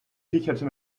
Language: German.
kicherte